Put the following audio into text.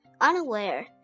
unaware